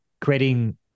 creating